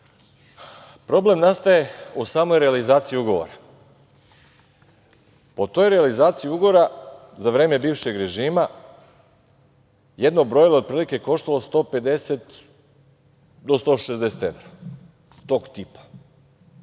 problem nastaje u samoj realizaciji ugovora. Po toj realizaciji ugovora, za vreme bivšeg režima, jedno brojilo je otprilike koštalo 150 do 160 evra, tog tipa.